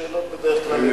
נעלמו.